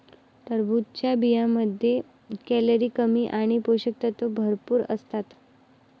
टरबूजच्या बियांमध्ये कॅलरी कमी आणि पोषक तत्वे भरपूर असतात